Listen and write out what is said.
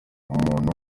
umuntu